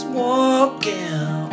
walking